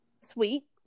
Sweet